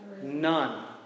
None